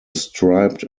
striped